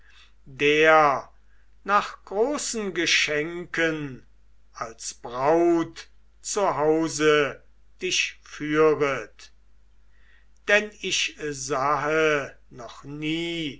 der nach großen geschenken als braut zu hause dich führet denn ich sahe noch nie